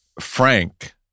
Frank